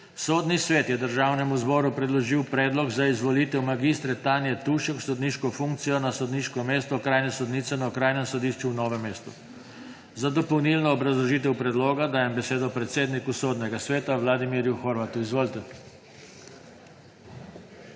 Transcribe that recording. Sodni svet je Državnemu zboru predložil predlog za izvolitev mag. Tanje Tušek v sodniško funkcijo na sodniško mesto okrajne sodnice na Okrajnem sodišču v Novem mestu. Za dopolnilno obrazložitev predloga dajem besedo predsedniku Sodnega sveta Vladimirju Horvatu. Izvolite.